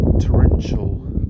torrential